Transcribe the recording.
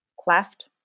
cleft